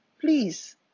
Please